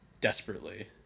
desperately